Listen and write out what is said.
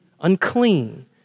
Unclean